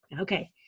Okay